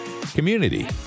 community